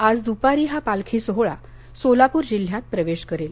आज दुपारी हा पालखी सोहोळा सोलापूर जिल्ह्यात प्रवेश करेल